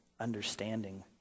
understanding